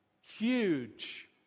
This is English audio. huge